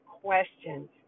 questions